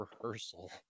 rehearsal